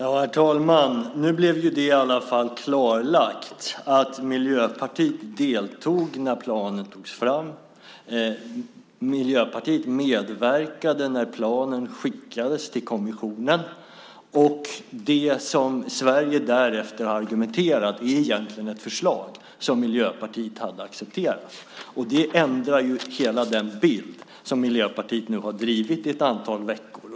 Herr talman! Nu blev det i alla fall klarlagt att Miljöpartiet deltog när planen togs fram. Miljöpartiet medverkade när planen skickades till kommissionen. Det som Sverige därefter har argumenterat för är egentligen ett förslag som Miljöpartiet hade accepterat. Det ändrar hela den bild som Miljöpartiet nu har drivit i ett antal veckor.